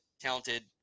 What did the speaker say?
talented